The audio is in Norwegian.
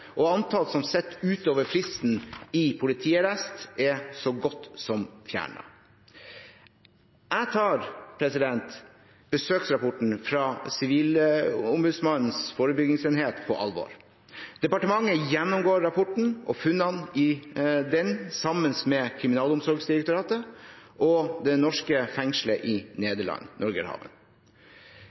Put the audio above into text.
og antallet som sitter utover fristen i politiarrest, er så godt som fjernet. Jeg tar besøksrapporten fra Sivilombudsmannens forebyggingsenhet på alvor. Departementet gjennomgår rapporten og funnene i den sammen med Kriminalomsorgsdirektoratet og det norske fengselet i Nederland, Norgerhaven.